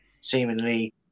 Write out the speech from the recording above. seemingly